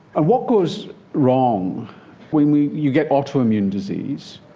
what goes wrong when you you get autoimmune disease?